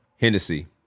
Hennessy